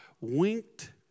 winked